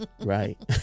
Right